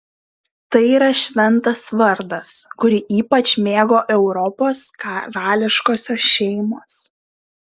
tai yra šventas vardas kurį ypač mėgo europos karališkosios šeimos